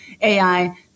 AI